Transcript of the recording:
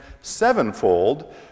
sevenfold